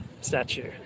statue